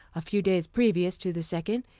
a few days previous to the second,